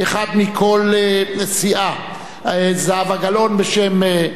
אחד מכל סיעה: זהבה גלאון בשם